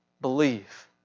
Believe